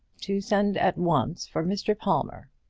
to send at once for mr. palmer.